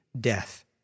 death